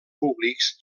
públics